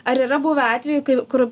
ar yra buvę atvejų kai kur